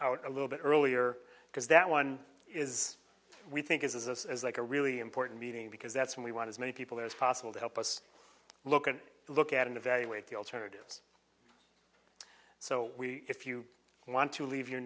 out a little bit earlier because that one is we think is us as like a really important meeting because that's when we want as many people as possible to help us look and look at and evaluate the alternatives so we if you want to leave your